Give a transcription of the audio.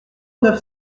neuf